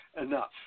enough